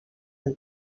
del